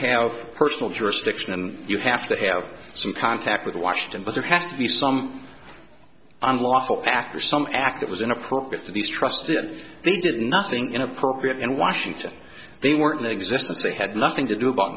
have personal jurisdiction and you have to have some contact with washington but there has to be some unlawful act or some act that was inappropriate to these trust that they did nothing inappropriate and washington they weren't in existence they had nothing to do about